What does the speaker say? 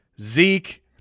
Zeke